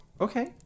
Okay